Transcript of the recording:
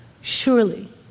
surely